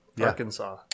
Arkansas